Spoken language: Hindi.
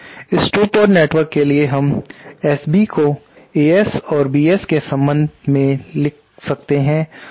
इस 2 पोर्ट नेटवर्क के लिए हम SB को As और Bs के संबंध में लिखा जा सकता है